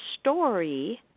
story